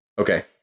Okay